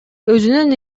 өзүнүн